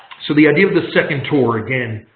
so the idea of the second tour, again,